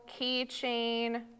keychain